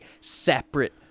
separate